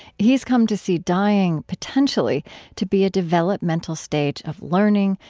he's come to see dying potentially to be a developmental stage of learning,